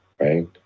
right